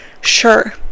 sure